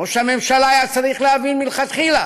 ראש הממשלה היה צריך להבין מלכתחילה